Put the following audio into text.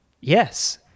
Yes